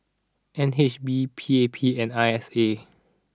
N H B P A P and I S A